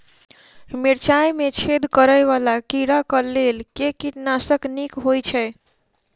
मिर्चाय मे छेद करै वला कीड़ा कऽ लेल केँ कीटनाशक नीक होइ छै?